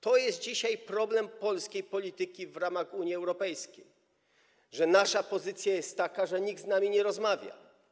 To jest dzisiaj problem polskiej polityki w ramach Unii Europejskiej, bo nasza pozycja jest taka, że nikt z nami nie rozmawia.